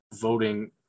voting